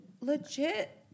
Legit